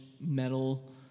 metal